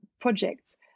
projects